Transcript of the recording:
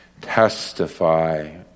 testify